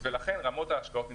כן, ולכן --- נדרשות.